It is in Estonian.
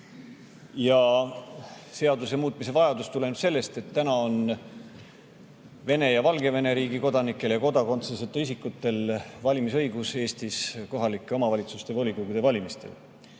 Seaduse muutmise vajadus tuleneb sellest, et täna on Vene ja Valgevene riigi kodanikel ja kodakondsuseta isikutel valimisõigus Eestis kohalike omavalitsuste volikogude valimisel.